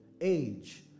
age